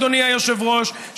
אדוני היושב-ראש,